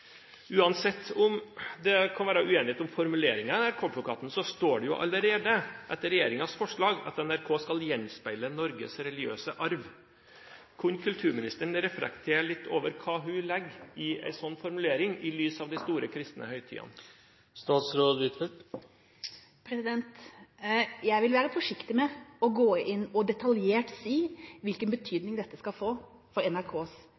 Uansett om det kan være uenighet om formuleringene i NRK-plakaten, står det jo allerede i NRKs vedtekter, etter regjeringens forslag, at «NRK skal gjenspeile Norges religiøse arv». Kunne kulturministeren reflektere litt over hva hun legger i en sånn formulering, i lys av de store kristne høytidene? Jeg vil være forsiktig med å gå inn og detaljert si hvilken betydning dette skal få for NRKs